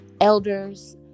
elders